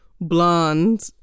blonde